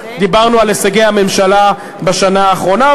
דיברנו על הישגי הממשלה בשנה האחרונה,